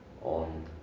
on